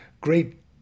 great